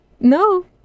no